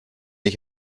ich